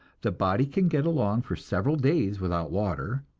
the body can get along for several days without water,